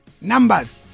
numbers